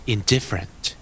Indifferent